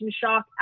shock